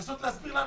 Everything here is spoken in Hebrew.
לנסות להסביר לאנשים,